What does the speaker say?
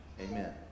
Amen